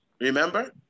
remember